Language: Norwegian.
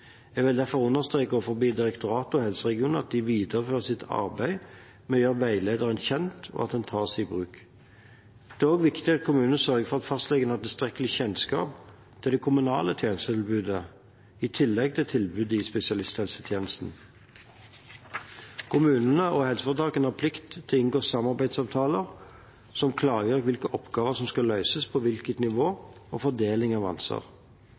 Jeg vil derfor understreke overfor Helsedirektoratet og helseregionene at de viderefører sitt arbeid med å gjøre veilederen kjent, og at den tas i bruk. Det er også viktig at kommunene sørger for at fastlegen har tilstrekkelig kjennskap til det kommunale tjenestetilbudet, i tillegg til tilbudet i spesialisthelsetjenesten. Kommuner og helseforetak har plikt til å inngå samarbeidsavtaler som klargjør hvilke oppgaver som skal løses på hvilket nivå og fordeling av ansvar.